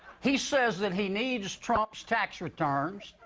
he says that he needs trump's tax returns.